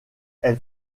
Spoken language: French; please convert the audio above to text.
elle